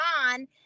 on